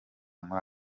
muri